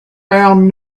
found